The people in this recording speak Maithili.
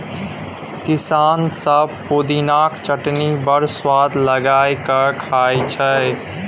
किसान सब पुदिनाक चटनी बड़ सुआद लगा कए खाइ छै